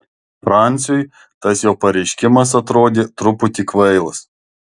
franciui tas jo pareiškimas atrodė truputį kvailas